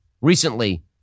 recently